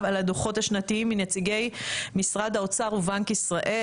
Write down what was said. על הדו"חות השנתיים מנציגי משרד האוצר ובנק ישראל.